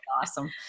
Awesome